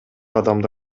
адамды